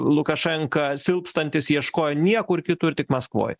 lukašenka silpstantis ieškojo niekur kitur tik maskvoj